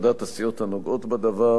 על דעת הסיעות הנוגעות בדבר,